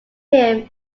him